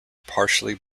partially